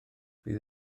bydd